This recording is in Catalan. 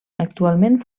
actualment